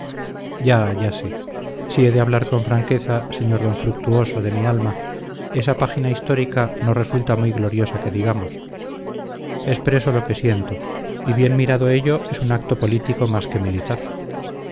ya ya sé si he de hablar con franqueza sr d fructuoso de mi alma esa página histórica no resulta muy gloriosa que digamos expreso lo que siento y bien mirado ello es un acto político más que militar